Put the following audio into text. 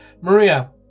maria